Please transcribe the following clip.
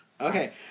Okay